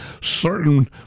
certain